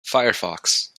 firefox